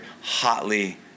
hotly